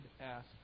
ask